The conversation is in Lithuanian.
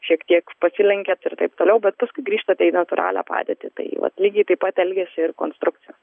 šiek tiek pasilenkiat ir taip toliau bet paskui grįžtate į natūralią padėtį tai vat lygiai taip pat elgiasi ir konstrukcijos